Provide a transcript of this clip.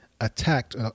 attacked